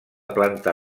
planta